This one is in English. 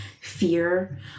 fear